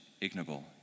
ignoble